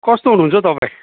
कस्तो हुनुहुन्छ हौ तपाईँ